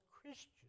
Christian